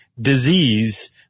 disease